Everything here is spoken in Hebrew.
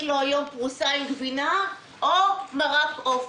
לו היום פרוסה עם גבינה או מרק עוף.